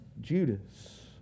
Judas